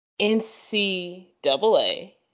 NCAA